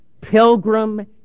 pilgrim